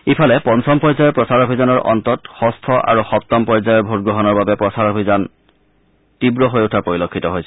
ইফালে পঞ্চম পৰ্যায়ৰ প্ৰচাৰ অভিযানৰ অন্তত ষষ্ঠ আৰু সপ্তম পৰ্যায়ৰ ভোটগ্ৰহণৰ বাবে প্ৰচাৰ অভিযান তীৱ হৈ উঠা পৰিলক্ষিত হৈছে